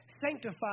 sanctify